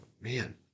man